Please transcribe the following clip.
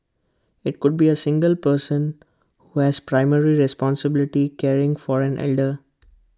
IT could be A single person who has primary responsibility caring for an elder